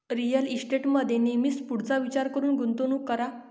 real इस्टेटमध्ये नेहमी पुढचा विचार करून गुंतवणूक करा